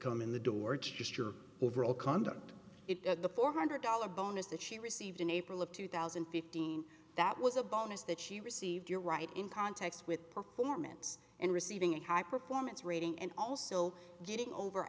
come in the door just your overall conduct the four hundred dollars bonus that she received in april of two thousand and fifteen that was a bonus that she received you're right in context with performance and receiving a high performance rating and also getting over